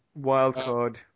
Wildcard